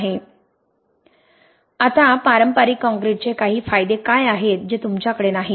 आता पारंपारिक कॉंक्रिटचे काही फायदे काय आहेत जे तुमच्याकडे नाहीत